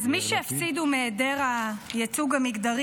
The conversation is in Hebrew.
אז מי שהפסידו מהיעדר הייצוג המגדרי